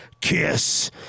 KISS